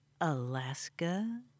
Alaska